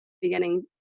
beginning